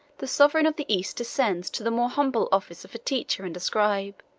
the sovereign of the east descends to the more humble office of a teacher and a scribe